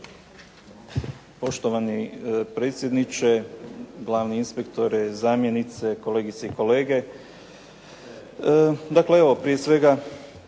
Poštovani predsjedniče, glavni inspektore, zamjenice, kolegice i kolege. Dakle evo prije svega